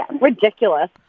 Ridiculous